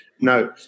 No